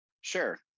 Sure